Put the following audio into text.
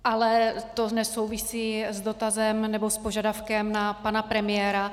Ale to nesouvisí s dotazem, nebo s požadavkem na pana premiéra.